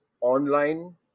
online